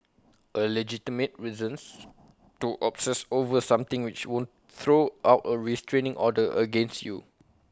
A legitimate reason to obsess over something which won't throw out A restraining order against you